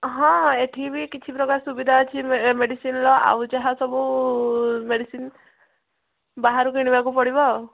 ହଁ ଏଠିବି କିଛି ପ୍ରକାର ସୁବିଧା ଅଛି ଏ ମେଡ଼ିସିନ୍ ର ଆଉ ଯାହାସବୁ ମେଡ଼ିସିନ୍ ବାହାରୁ କିଣିବାକୁ ପଡ଼ିବ ଆଉ